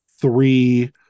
three